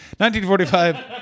1945